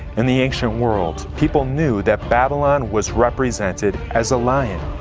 in the ancient world people knew that babylon was represented as a lion.